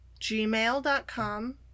Gmail.com